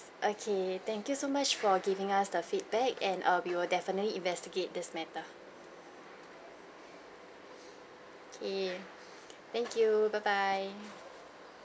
okay thank you so much for giving us the feedback and err we will definitely investigate this matter okay thank you bye bye